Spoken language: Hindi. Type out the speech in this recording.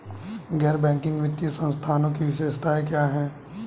गैर बैंकिंग वित्तीय संस्थानों की विशेषताएं क्या हैं?